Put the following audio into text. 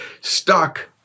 stuck